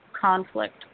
conflict